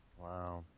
Wow